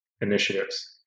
initiatives